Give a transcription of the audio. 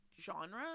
genre